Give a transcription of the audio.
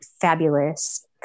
fabulous